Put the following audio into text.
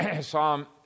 Psalm